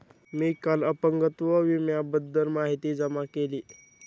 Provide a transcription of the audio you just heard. मी काल अपंगत्व विम्याबद्दल माहिती जमा केली